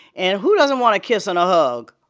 and who doesn't want a kiss and a hug,